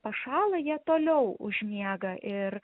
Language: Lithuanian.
pašąla jie toliau užmiega ir